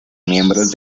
miembros